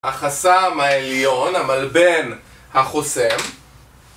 החסם העליון, המלבן החוסם